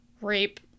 rape